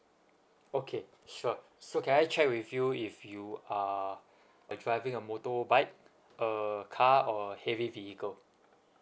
okay sure so can I check with you if you are you're driving a motorbike a car or heavy vehicle